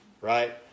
right